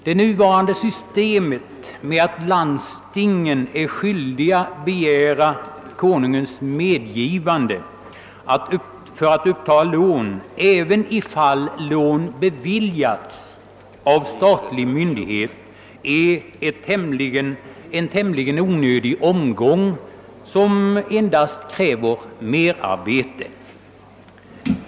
Det nuvarande systemet, vilket innebär att landstingen är skyldiga att begära Konungens medgivande att uppta lån även i sådana fall då lån beviljats av statlig myndighet, innebär en tämligen onödig omgång som endast medför merarbete.